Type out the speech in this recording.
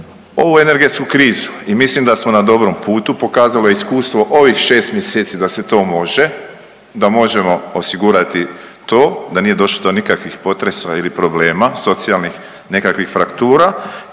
ovu energetsku krizu. I mislim da smo na dobrom putu, pokazalo je iskustvo ovih 6 mjeseci da se to može, da možemo osigurati to, da nije došlo do nikakvih potresa ili problema, socijalnih nekakvih fraktura